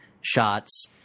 shots